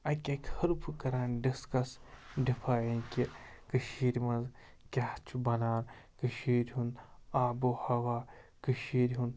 اَکہِ اَکہِ حرفہٕ کَران ڈِسکَس ڈِفایِن کہِ کٔشیٖرِ منٛز کیٛاہ چھُ بَنان کٔشیٖر ہُنٛد آب و ہوا کٔشیٖر ہُنٛد